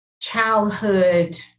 childhood